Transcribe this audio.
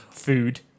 food